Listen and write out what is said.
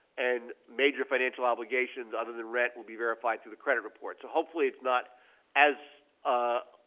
and major financial obligations, other than rent, will be verified through the credit report. so, hopefully, it's not as, ah,